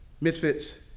Misfits